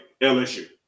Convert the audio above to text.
LSU